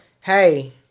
Hey